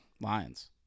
Lions